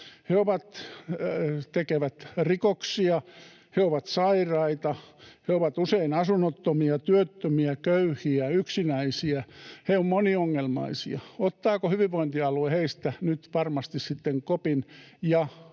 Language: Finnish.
He tekevät rikoksia. He ovat sairaita. He ovat usein asunnottomia, työttömiä, köyhiä, yksinäisiä. He ovat moniongelmaisia. Ottaako hyvinvointialue heistä nyt varmasti sitten kopin ja hoitaa